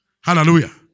Hallelujah